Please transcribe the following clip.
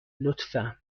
لطفا